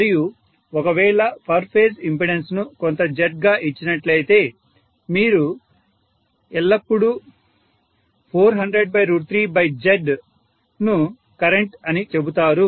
మరియు ఒకవేళ per phase impedance ను కొంత Z గా ఇచ్చినట్లయితే మీరు ఎప్పుడూ 4003Z ను కరెంట్ అని చెబుతారు